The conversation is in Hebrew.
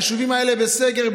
היישובים האלו בסגר,